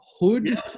hood